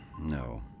no